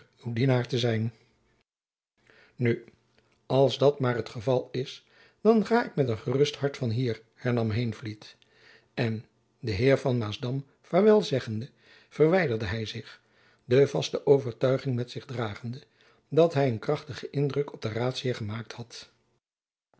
uw dienaar te zijn nu als dat maar het geval is dan ga ik met een gerust hart van hier hernam heenvliet en den heer van maasdam vaarwel zeggende verwijderde hy zich de vaste overtuiging met zich dragende dat hy een krachtigen indruk op den raadsheer gemaakt had